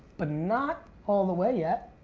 but not all the way yet.